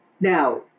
Now